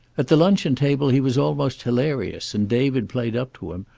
at the luncheon table he was almost hilarious, and david played up to him,